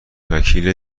وکیل